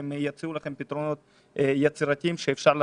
הם יציעו לכם פתרונות יצירתיים כדי שאפשר